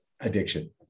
addiction